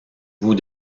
vous